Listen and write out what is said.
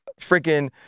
freaking